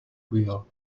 wheel